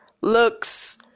looks